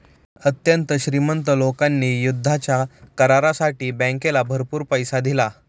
अत्यंत श्रीमंत लोकांनी युद्धाच्या करारासाठी बँकेला भरपूर पैसा दिला